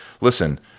Listen